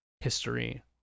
history